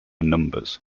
numbers